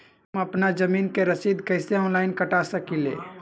हम अपना जमीन के रसीद कईसे ऑनलाइन कटा सकिले?